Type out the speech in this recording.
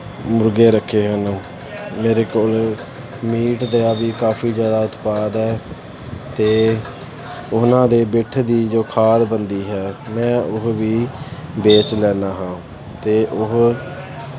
ਮੁਰਗੇ ਰੱਖੇ ਹਨ ਮੇਰੇ ਕੋਲ ਮੀਟ ਦਾ ਆ ਵੀ ਕਾਫੀ ਜ਼ਿਆਦਾ ਉਤਪਾਦ ਹੈ ਅਤੇ ਉਹਨਾਂ ਦੇ ਬਿੱਠ ਦੀ ਜੋ ਖਾਦ ਬਣਦੀ ਹੈ ਮੈਂ ਉਹ ਵੀ ਵੇਚ ਲੈਂਦਾ ਹਾਂ ਅਤੇ ਉਹ